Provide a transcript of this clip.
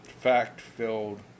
fact-filled